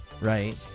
right